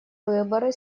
выборы